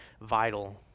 vital